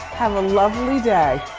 have a lovely day.